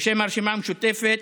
בשם הרשימה המשותפת,